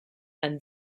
and